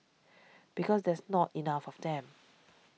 because there's not enough of them